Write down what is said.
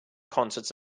concerts